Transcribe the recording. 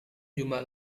jumat